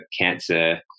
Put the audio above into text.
cancer